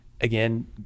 again